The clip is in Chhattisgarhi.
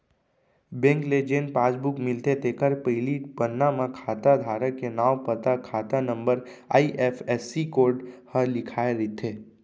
बेंक ले जेन पासबुक मिलथे तेखर पहिली पन्ना म खाता धारक के नांव, पता, खाता नंबर, आई.एफ.एस.सी कोड ह लिखाए रथे